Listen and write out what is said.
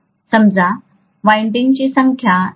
समजा वायंडिंगची संख्या N1 आहे